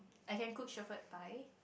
I can cook Shepherd pie